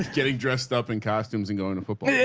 getting dressed up in costumes and going to football, yeah